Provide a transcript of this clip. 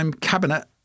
cabinet